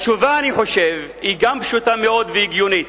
התשובה, אני חושב, היא גם פשוטה מאוד והגיונית: